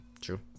True